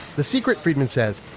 the secret, freidman says,